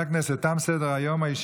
אני יכול